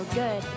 good